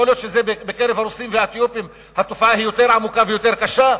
יכול להיות שבקרב הרוסים והאתיופים התופעה יותר עמוקה ויותר קשה,